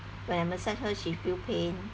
when I massage her she feel pain